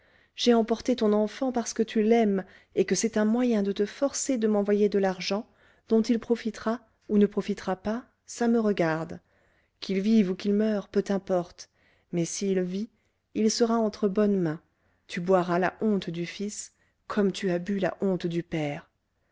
j'ai emporté ton enfant parce que tu l'aimes et que c'est un moyen de te forcer de m'envoyer de l'argent dont il profitera ou ne profitera pas ça me regarde qu'il vive ou qu'il meure peu t'importe mais s'il vit il sera entre bonnes mains tu boiras la honte du fils comme tu as bu la honte du père